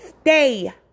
stay